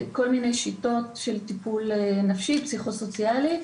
יש כל מיני שיטות לטיפול נפשי פסיכוסוציאלי.